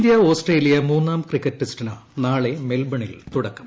India Australia മൂന്നാം cricket ടെസ്റ്റിന് നാളെ മെൽബണിൽ തുടക്കം